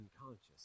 Unconscious